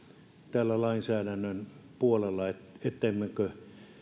täällä lainsäädännön puolella ettemmekö